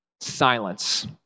silence